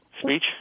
speech